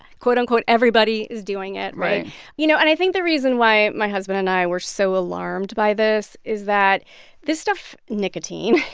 quote, unquote, everybody is doing it, right? right you know. and i think the reason why my husband and i were so alarmed by this is that this stuff, nicotine,